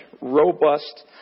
robust